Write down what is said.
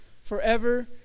forever